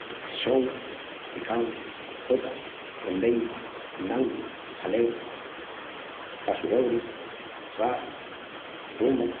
Son, picau, xota, rondeña, fandangu, haleu, passu-dobri, vas, rumba.